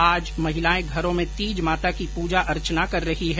आज महिलाएं घरों में तीज माता की पूजा अर्चना कर रही है